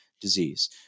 disease